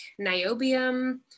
niobium